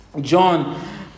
John